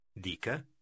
Dica